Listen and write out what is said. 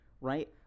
right